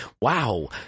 Wow